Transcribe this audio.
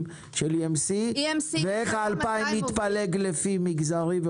של EMC ואיך ה-2,000 משרות מתפלגות לפי מגזרים.